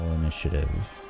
initiative